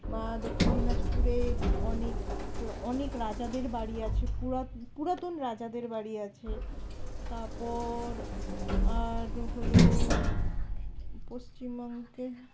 বা দক্ষিণ দিনাজপুরে অনেক অনেক রাজাদের বাড়ি আছে পুর পুরাতন রাজাদের বাড়ি আছে তারপর আর হলো পশ্চিমবঙ্গে